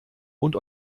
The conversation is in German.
und